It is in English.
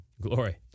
Glory